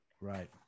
Right